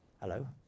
hello